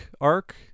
arc